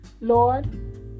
lord